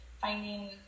finding